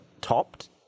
topped